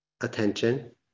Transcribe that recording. attention